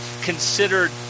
considered